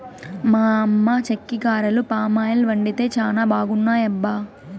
మా అమ్మ చెక్కిగారెలు పామాయిల్ వండితే చానా బాగున్నాయబ్బా